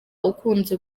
ukunze